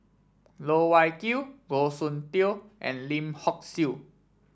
Loh Wai Kiew Goh Soon Tioe and Lim Hock Siew